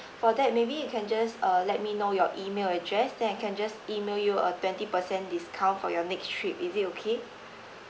for that maybe you can just uh let me know your email address then I can just email you a twenty percent discount for your next trip is it okay